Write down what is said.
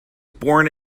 born